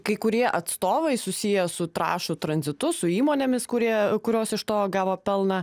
kai kurie atstovai susiję su trąšų tranzitu su įmonėmis kurie kurios iš to gavo pelną